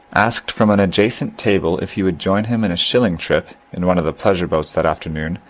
asked from an adjacent table if he would join him in a shilling trip in one of the pleasure boats that afternoon,